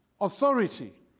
authority